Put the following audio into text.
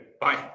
Bye